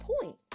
point